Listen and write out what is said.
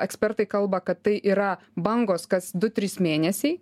ekspertai kalba kad tai yra bangos kas du trys mėnesiai